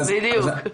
בדיוק.